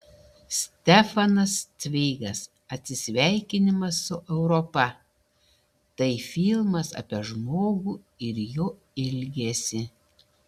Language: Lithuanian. stefanas cveigas atsisveikinimas su europa tai filmas apie žmogų ir jo ilgesį